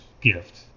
gift